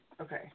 Okay